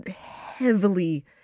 heavily